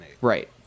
Right